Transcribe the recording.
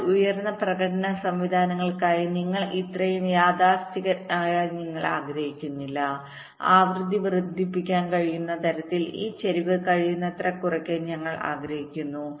എന്നാൽ ഉയർന്ന പ്രകടന സംവിധാനങ്ങൾക്കായി നിങ്ങൾ ഇത്രയും യാഥാസ്ഥിതികനാകാൻ നിങ്ങൾ ആഗ്രഹിക്കുന്നില്ല ആവൃത്തി വർദ്ധിപ്പിക്കാൻ കഴിയുന്ന തരത്തിൽ ഈ ചരിവ് കഴിയുന്നത്ര കുറയ്ക്കാൻ നിങ്ങൾ ആഗ്രഹിക്കുന്നു